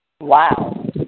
Wow